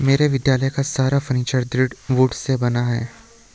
मेरे विद्यालय का सारा फर्नीचर दृढ़ वुड से बना है